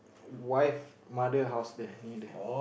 wife mother house there near there